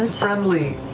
friendly.